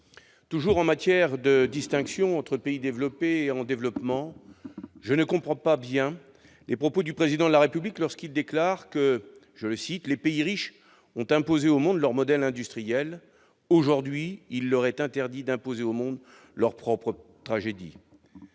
Toujours au sujet de la distinction entre pays développés et pays en développement, je ne comprends pas bien les propos du Président de la République, lorsqu'il déclare que « les pays riches ont imposé au monde leur modèle industriel ; aujourd'hui il leur est interdit d'imposer au monde leur propre tragédie ».